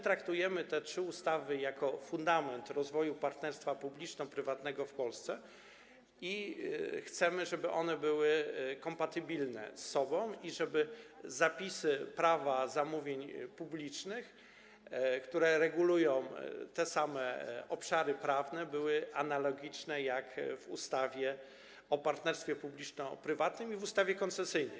Traktujemy te trzy ustawy jako fundament rozwoju partnerstwa publiczno-prywatnego w Polsce i chcemy, żeby one były ze sobą kompatybilne i żeby zapisy Prawa zamówień publicznych, które regulują te same obszary prawne, były analogiczne do zapisów w ustawie o partnerstwie publiczno-prywatnym i w ustawie koncesyjnej.